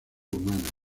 humanas